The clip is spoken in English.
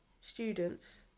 students